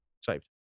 saved